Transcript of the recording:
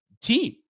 team